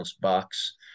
box